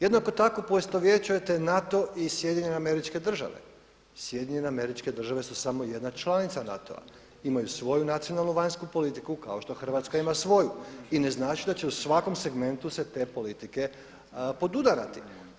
Jednako tako poistovjećujete NATO i SAD, SAD su samo jedna članica NATO-a, imaju svoju nacionalnu vanjsku politiku kao što Hrvatska ima svoju i ne znači da će u svakom segmentu se te politike podudarati.